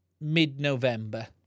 mid-November